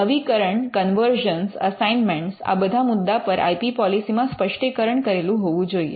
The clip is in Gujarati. નવીકરણ કન્વર્શન અસાઇન્મન્ટ આ બધા મુદ્દા પર આઇ પી પૉલીસી મા સ્પષ્ટીકરણ કરેલું હોવું જોઈએ